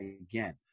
again